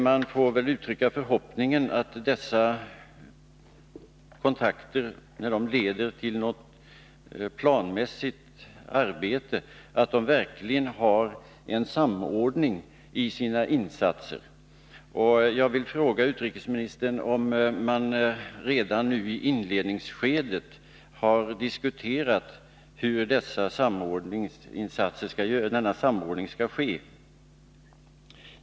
Jag uttrycker förhoppningen att det, när dessa kontakter leder till planmässigt arbete, verkligen görs en samordning av insatserna, och jag vill fråga utrikesministern om man redan nu i inledningsskedet har diskuterat hur en sådan samordning skall ske.